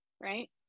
right